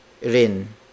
rin